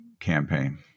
campaign